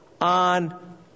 on